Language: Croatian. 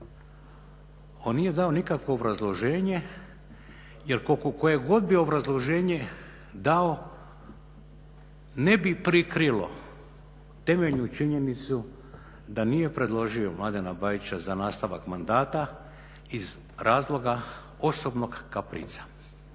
On nije dao nikakvo obrazloženje jer koliko koje god bi obrazloženje dao ne bi prikrilo temeljnu činjenicu da nije predložio Mladena Bajića za nastavak mandata iz razloga osobnog kaprica.